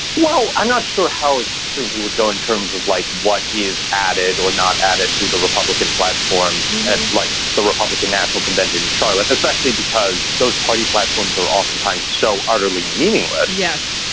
well, i'm not sure how extreme he would go in terms of like what is added or not added to the republican platform and like the republican national convention in charlotte. especially because those party platforms are oftentimes so utterly meaningless. yes.